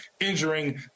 injuring